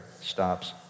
stops